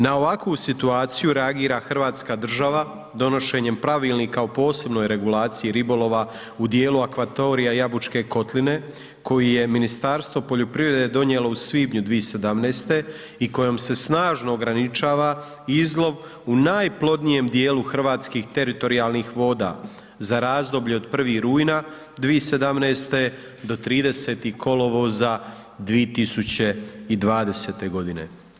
Na ovakvu situaciju reagira Hrvatska država donošenjem pravilnika o posebnoj regulaciji ribolova u dijelu akvatorija Jabučke kotline koji je Ministarstvo poljoprivrede donijelo u svibnju 2017. i kojom se snažno ograničava izlov u najplodnijem dijelu hrvatskih teritorijalnih voda za razdoblje od 1. rujna 2017. do 30. kolovoza 2020. godine.